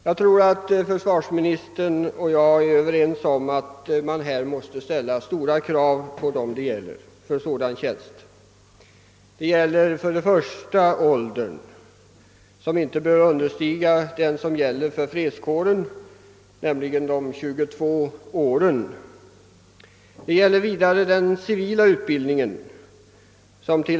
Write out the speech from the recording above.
Jag tror att försvarsministern och jag är överens om att man måste ställa stora krav på dem som skall komma i fråga för sådan tjänst. Först och främst bör inte åldern understiga den som gäller för fredskåren, nämligen 22 år. Vidare bör ställas krav på den civila utbildningen.